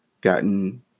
gotten